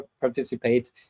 participate